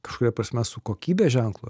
kažkuria prasme su kokybės ženklu